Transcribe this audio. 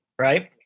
right